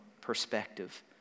perspective